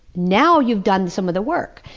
now you've done some of the work.